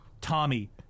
Tommy